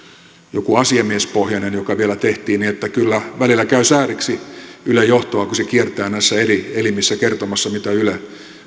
jokin asiamiespohjainen joka vielä tehtiin niin että kyllä välillä käy sääliksi ylen johtoa kun se kiertää näissä eri elimissä kertomassa mitä yle